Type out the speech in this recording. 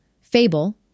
Fable